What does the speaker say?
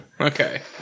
Okay